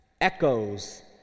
echoes